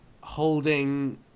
Holding